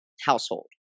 household